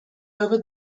over